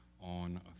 on